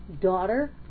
daughter